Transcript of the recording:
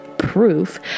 proof